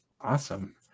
awesome